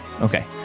Okay